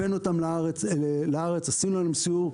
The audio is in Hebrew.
הבאנו אותם לארץ, עשינו להם סיור.